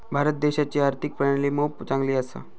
भारत देशाची आर्थिक प्रणाली मोप चांगली असा